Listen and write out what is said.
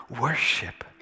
Worship